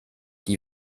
die